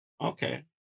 Okay